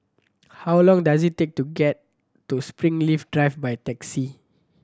how long does it take to get to Springleaf Drive by taxi